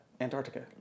Antarctica